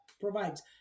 provides